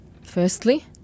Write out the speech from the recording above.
firstly